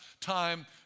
time